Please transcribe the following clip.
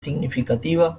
significativa